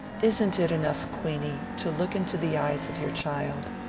is n't it enough, queeny, to look into the eyes of your child?